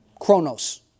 chronos